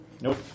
Nope